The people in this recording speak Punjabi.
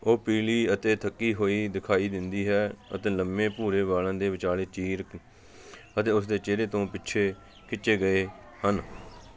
ਉਹ ਪੀਲੀ ਅਤੇ ਥੱਕੀ ਹੋਈ ਦਿਖਾਈ ਦਿੰਦੀ ਹੈ ਅਤੇ ਲੰਬੇ ਭੂਰੇ ਵਾਲਾਂ ਦੇ ਵਿਚਾਲੇ ਚੀਰ ਅਤੇ ਉਸਦੇ ਚਿਹਰੇ ਤੋਂ ਪਿੱਛੇ ਖਿੱਚੇ ਗਏ ਹਨ